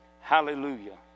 Hallelujah